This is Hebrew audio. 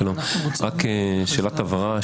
שאלת הבהרה,